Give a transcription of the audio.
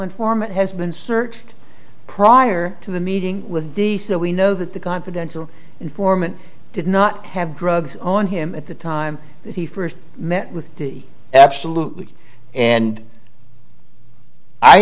informant has been searched prior to the meeting with the so we know that the confidential informant did not have drugs on him at the time that he first met with di absolutely and i